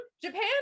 Japan